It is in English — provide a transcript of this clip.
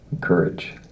courage